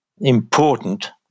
important